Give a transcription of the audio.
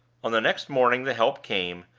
on the next morning the help came,